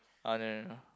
oh no no no